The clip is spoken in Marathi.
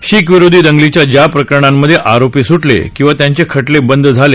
शिख विरोधी दंगलीच्या ज्या प्रकरणांमधे आरोपी सूटले किंवा त्यांचे खटले बंद झाले